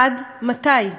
עד מתי?